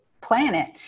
planet